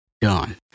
done